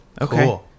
okay